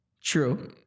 True